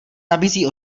nabízí